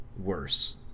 worse